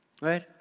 right